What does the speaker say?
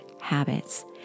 Habits